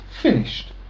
finished